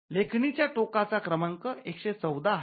लेखणीच्या टोकाचा क्रमांक ११४ आहे